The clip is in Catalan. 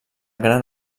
gran